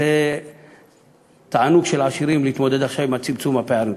זה תענוג של עשירים להתמודד עכשיו עם צמצום הפערים.